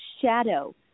shadow